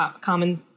common